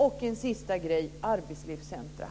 Sedan var det arbetslivscentrum.